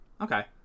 Okay